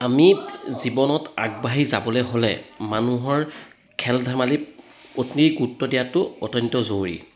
আমি জীৱনত আগবাঢ়ি যাবলৈ হ'লে মানুহৰ খেল ধেমালি অতি গুৰুত্ব দিয়াটো অত্যন্ত জৰুৰী